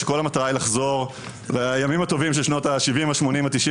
שכל המטרה היא לחזור לימים הטובים של שנות ה-70 ה-80 ה-90,